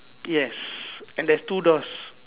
yes and there's two doors